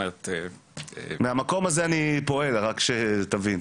מהמקום הזה אני פועל, רק שתבין.